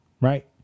Right